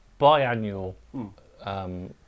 biannual